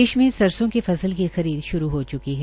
प्रदेश में सरसों की फसल की खरीद श्रू हो च्की है